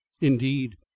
indeed